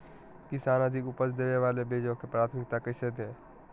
किसान अधिक उपज देवे वाले बीजों के प्राथमिकता कैसे दे?